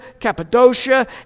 Cappadocia